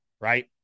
right